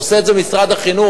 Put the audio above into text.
עושה את זה משרד החינוך.